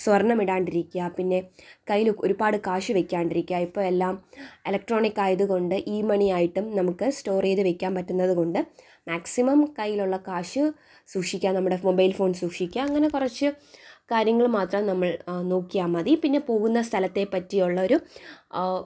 സ്വർണം ഇടാണ്ടിരിക്കുക പിന്നെ കൈ ഒരുപാട് കാശ് വയ്ക്കാണ്ടിരിക്കുക ഇപ്പോൾ എല്ലാം എലക്ട്രോണിക് ആയതുകൊണ്ട് ഈ മണി ആയിട്ടും നമുക്ക് സ്റ്റോർ ചെയ്ത് വയ്ക്കാൻ പറ്റുന്നതു കൊണ്ട് മാക്സിമം കയ്യിലുള്ള കാശ് സൂക്ഷിക്കാൻ നമ്മുടെ മൊബൈൽ ഫോൺ സൂക്ഷിക്കുക അങ്ങനെ കുറച്ച് കാര്യങ്ങൾ മാത്രം നമ്മൾ നോക്കിയാൽ മതി പിന്നെ പോകുന്ന സ്ഥലത്തെ പറ്റിയുള്ള ഒരു